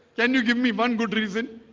can you give me one good reason?